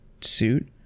suit